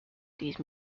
these